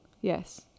Yes